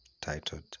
titled